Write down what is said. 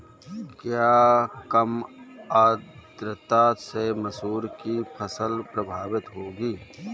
क्या कम आर्द्रता से मसूर की फसल प्रभावित होगी?